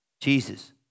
Jesus